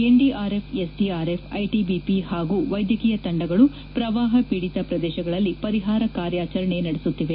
NDRF SDRF ITBP ಹಾಗೂ ವೈದ್ಯಕೀಯ ತಂಡಗಳು ಪ್ರವಾಹ ಪೀಡಿತ ಪ್ರದೇಶಗಳಲ್ಲಿ ಪರಿಹಾರ ಕಾರ್ಯಾಚರಣೆ ನಡೆಸುತ್ತಿದೆ